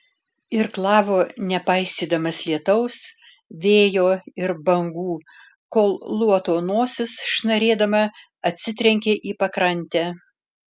irklavo nepaisydamas lietaus vėjo ir bangų kol luoto nosis šnarėdama atsitrenkė į pakrantę